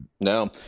No